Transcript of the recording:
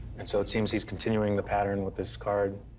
and so it seems he's continuing the pattern with this card.